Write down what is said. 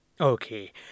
Okay